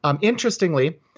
Interestingly